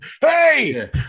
Hey